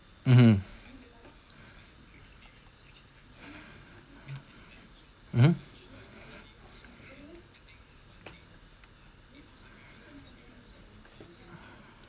mmhmm mmhmm